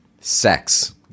Sex